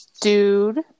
Dude